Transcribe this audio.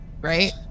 Right